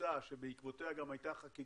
תפיסה שבעקבותיה גם הייתה החקיקה,